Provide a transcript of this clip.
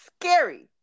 scary